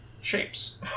shapes